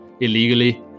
illegally